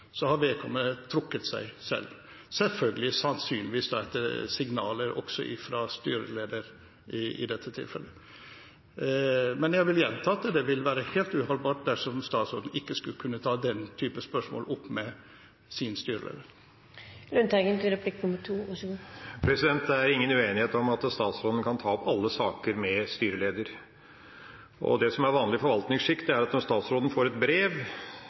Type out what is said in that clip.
Så vidt jeg har forstått, har vedkommende selv trukket seg – selvfølgelig sannsynligvis etter signaler også fra styreleder i dette tilfellet. Men jeg vil gjenta at det ville være helt uholdbart dersom statsråden ikke skulle kunne ta den type spørsmål opp med sin styreleder. Det er ingen uenighet om at statsråden kan ta opp alle saker med styreleder. Det som er vanlig forvaltningsskikk, er at når statsråden får et brev